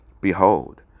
Behold